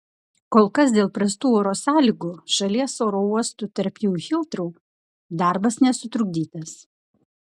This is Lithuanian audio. kol kas dėl prastų oro sąlygų šalies oro uostų tarp jų ir hitrou darbas nesutrikdytas